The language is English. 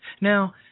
Now